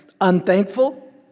Unthankful